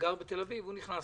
שגר בתל אביב, נכנס